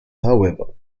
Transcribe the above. however